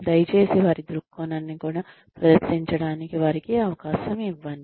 దయచేసి వారి దృక్కోణాన్ని కూడా ప్రదర్శించడానికి వారికి అవకాశం ఇవ్వండి